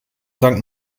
sankt